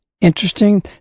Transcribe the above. interesting